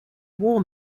war